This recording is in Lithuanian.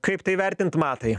kaip tai vertint matai